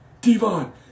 Devon